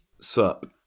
SUP